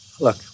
look